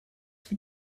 for